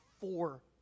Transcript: four